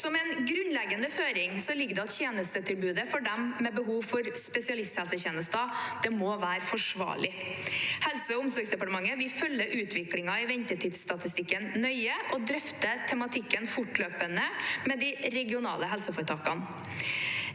– Ordniær spørretime 2024 ring at tjenestetilbudet for dem med behov for spesialisthelsetjenester må være forsvarlig. Helse- og omsorgsdepartementet følger utviklingen i ventetidsstatistikken nøye og drøfter tematikken fortløpende med de regionale helseforetakene.